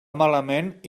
malament